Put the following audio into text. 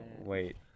Wait